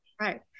Right